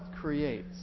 creates